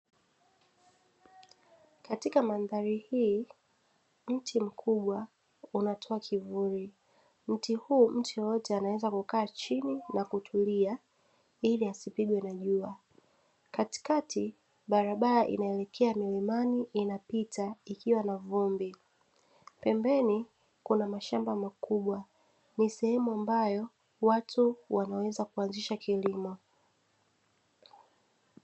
Katika mandhari hii mti mkubwa unatoa kivuli. Mti huu mtu yeyote anaweza kukaa chini na kutulia ili asipigwe na jua. Katikati barabara inayoelekea milimani inapita ikiwa na vumbi, pembeni kuna mashamba makubwa ni sehemu ambayo watu wanaweza kuanzisha kilimo.